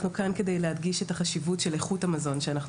אנחנו כאן כדי להדגיש את החשיבות של איכות המזון שאנחנו